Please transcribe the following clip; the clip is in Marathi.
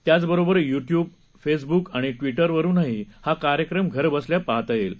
त्याबरोबरच यूट्यूब फेसबूक आणि ट्विटर वरुनही हा कार्यक्रम घरबसल्या पाहता येईल